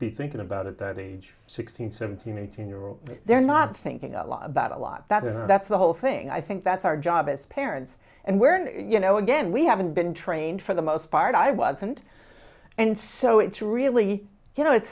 be thinking about at that age sixteen seventeen eighteen year old they're not thinking a lot about a lot that is that's the whole thing i think that's our job as parents and where you know again we haven't been trained for the most part i wasn't and so it's really you know it's